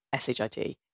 SHID